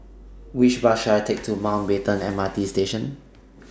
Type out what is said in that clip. Which Bus should I Take to Mountbatten M R T Station